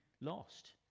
lost